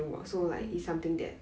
mm